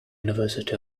university